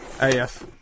Yes